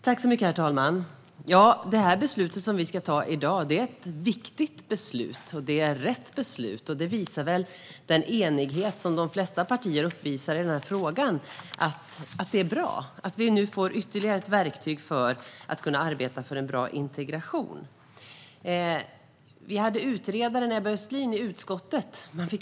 Herr talman! Det beslut vi ska fatta i dag är ett viktigt beslut, och det är rätt beslut. Den enighet de flesta partier uppvisar i frågan visar väl att det är bra att vi nu får ytterligare ett verktyg i arbetet för en bra integration. Vi hade besök av utredaren Ebba Östlin i utskottet.